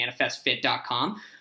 manifestfit.com